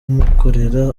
amukorera